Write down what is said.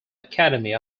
academy